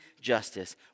justice